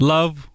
Love